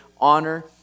honor